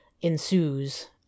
ensues